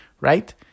right